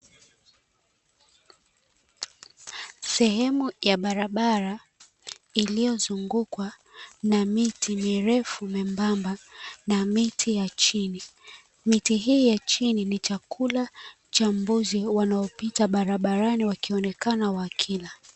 Sehemu ya barabara iliyozungukwa na miti mirefu mwembamba na miti ya chini miti hii ya chini ni chakula cha mbuzi wanaopita barabarani wakionekana wakila.